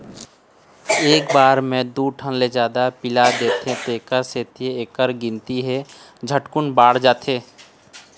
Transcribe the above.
एक बार म दू ठन ले जादा पिला देथे तेखर सेती एखर गिनती ह झटकुन बाढ़त जाथे